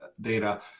data